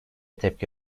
tepki